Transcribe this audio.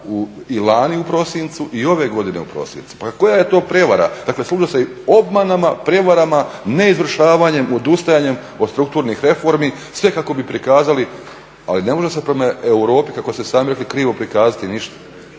i lani u prosincu i ove godine u prosincu. Pa koja je to prijevara. Dakle služe se obmanama, prevarama, neizvršavanjem, odustajanjem od strukturnih reformi, sve kako bi prikazali, ali ne može se … Europi kako ste sami rekli, krivo prikazati ništa.